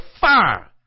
fire